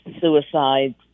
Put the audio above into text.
suicides